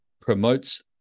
promotes